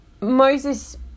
Moses